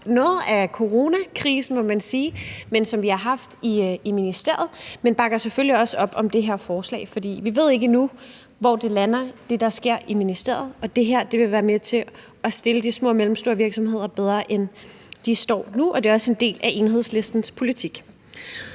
noget af coronakrisen, må man sige – som vi har haft i ministeriet, men bakker selvfølgelig også op om det her forslag, for vi ved ikke endnu, hvor det, der sker i ministeriet, lander. Det her vil være med til at stille de små og mellemstore virksomheder bedre, end de står nu, og det er også en del af Enhedslistens politik.